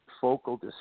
focal